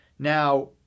Now